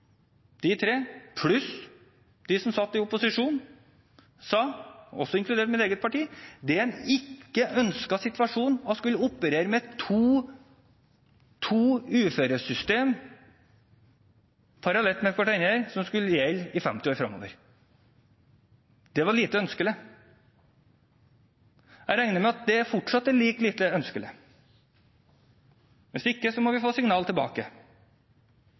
de tre pluss de som satt i opposisjon – sa, også inkludert mitt eget parti, at det ikke var en ønsket situasjon å skulle operere med to uføresystem parallelt, som skulle gjelde i 50 år fremover. Det var lite ønskelig. Jeg regner med at det fortsatt er like lite ønskelig. Hvis ikke må vi få signal tilbake.